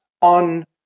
on